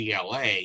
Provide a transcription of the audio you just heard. GLA